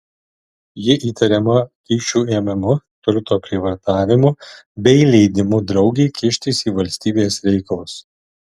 ji įtariama kyšių ėmimu turto prievartavimu bei leidimu draugei kištis į valstybės reikalus